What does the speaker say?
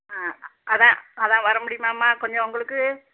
ஆ அதுதான் அதுதான் வரமுடியுமாம்மா கொஞ்சம் உங்களுக்கு